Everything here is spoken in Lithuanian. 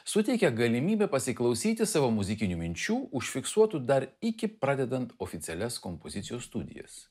suteikia galimybę pasiklausyti savo muzikinių minčių užfiksuotų dar iki pradedant oficialias kompozicijos studijas